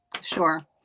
Sure